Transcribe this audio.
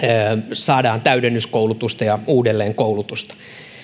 saadaan täydennyskoulutusta ja uudelleenkoulutusta